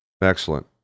Excellent